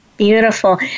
Beautiful